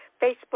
Facebook